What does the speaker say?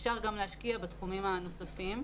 אפשר גם להשקיע בתחומים הנוספים.